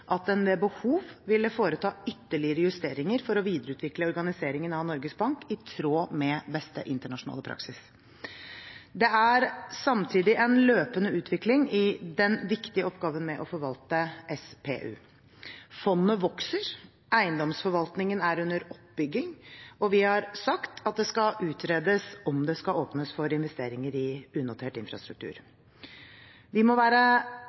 at en ved behov ville foreta ytterligere justeringer for å videreutvikle organiseringen av Norges Bank, i tråd med beste internasjonale praksis. Det er samtidig en løpende utvikling i den viktige oppgaven med å forvalte SPU. Fondet vokser, eiendomsforvaltningen er under oppbygging, og vi har sagt at det skal utredes om det skal åpnes for investeringer i unotert infrastruktur. Vi må være